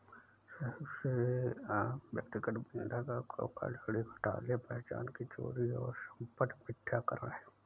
सबसे आम व्यक्तिगत बंधक धोखाधड़ी घोटाले पहचान की चोरी और संपत्ति मिथ्याकरण है